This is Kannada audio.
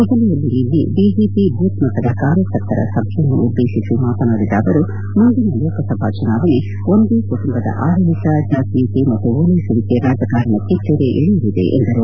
ದೆಹಲಿಯಲ್ಲಿ ನಿನ್ನೆ ಬಿಜೆಪಿ ಬೂತ್ ಮಟ್ಟದ ಕಾರ್ಯಕರ್ತರ ಸಭೆಯನ್ನುದ್ದೇಶಿಸಿ ಮಾತನಾಡಿದ ಅವರು ಮುಂದಿನ ಲೋಕಸಭಾ ಚುನಾವಣೆ ಒಂದೇ ಕುಟುಂಬದ ಆಡಳಿತ ಜಾತೀಯತೆ ಮತ್ತು ಓಲ್ಲೆಸುವಿಕೆ ರಾಜಕಾರಣಕ್ಕೆ ತೆರೆ ಎಳೆಯಲಿದೆ ಎಂದರು